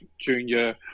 junior